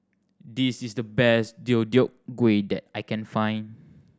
this is the best Deodeok Gui that I can find